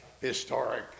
historic